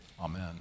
Amen